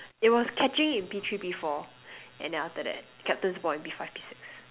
it was catching in P three P four and then after that captain's ball in P five P six